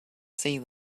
sea